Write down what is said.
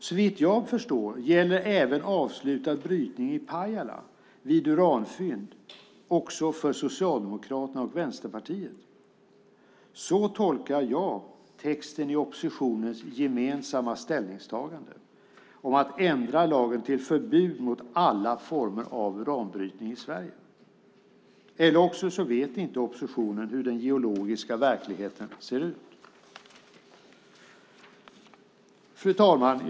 Såvitt jag förstår gäller även avslutad brytning i Pajala vid uranfynd också för Socialdemokraterna och Vänsterpartiet. Så tolkar jag texten i oppositionens gemensamma ställningstagande om att ändra lagen till förbud mot alla former av uranbrytning i Sverige, eller också vet inte oppositionen hur den geologiska verkligheten ser ut. Fru talman!